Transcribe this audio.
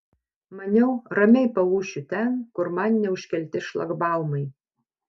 maniau ramiai paūšiu ten kur man neužkelti šlagbaumai